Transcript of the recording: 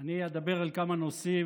אני אדבר על כמה נושאים,